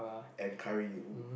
and curry !ooh!